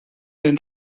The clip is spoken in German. den